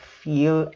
feel